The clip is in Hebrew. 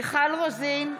מיכל רוזין,